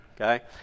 okay